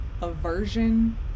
aversion